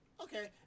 Okay